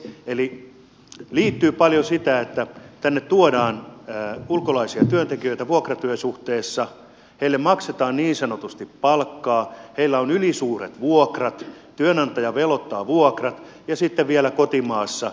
eli tähän liittyy paljon sitä että tänne tuodaan ulkolaisia työntekijöitä vuokratyösuhteeseen heille maksetaan niin sanotusti palkkaa heillä on ylisuuret vuokrat työnantaja veloittaa vuokrat ja siitä vielä kotimaassa